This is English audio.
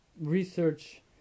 research